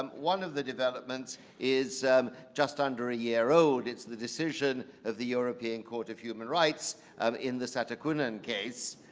um one of the developments is just under a year old, it's the decision of the european court of human rights in the satakunnan case.